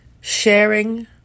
sharing